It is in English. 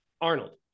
Arnold